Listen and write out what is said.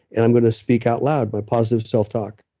and i'm going to speak out loud my positive self-talk.